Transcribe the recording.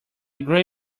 gray